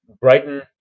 Brighton